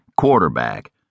quarterback